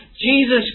Jesus